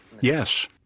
Yes